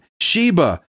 Sheba